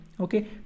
okay